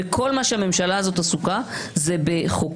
וכל מה שהממשלה הזאת עסוקה בו זה בחקיקת